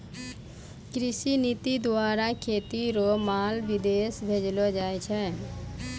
कृषि नीति द्वारा खेती रो माल विदेश भेजलो जाय छै